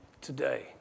today